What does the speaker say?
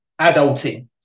adulting